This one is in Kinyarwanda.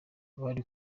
abari